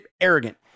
arrogant